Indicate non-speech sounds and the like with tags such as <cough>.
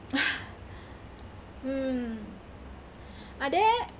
<laughs> mm are there